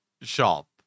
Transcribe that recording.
shop